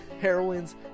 heroines